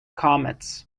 comets